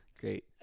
great